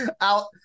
out